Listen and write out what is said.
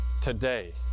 today